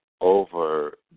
over